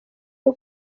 cyo